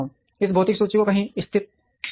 इस भौतिक सूची को कहीं स्थित होना है